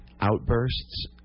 outbursts